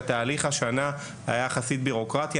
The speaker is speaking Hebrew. שהתהליך השנה היה יחסית ביורוקרטי.